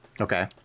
Okay